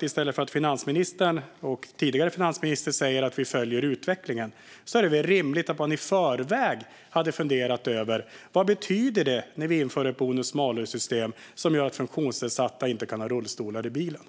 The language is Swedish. I stället för att, som finansministern och den tidigare finansministern, säga att man följer utvecklingen tycker vi att det hade varit rimligt att man i förväg hade funderat över vad det skulle betyda att införa ett bonus malus-system som gör att funktionsnedsatta inte kan ha rullstolar i bilen.